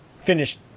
finished